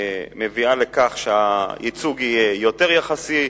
מביאה לכך שהייצוג יהיה יותר יחסי.